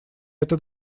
это